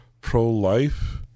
pro-life